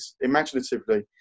imaginatively